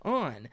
on